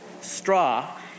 straw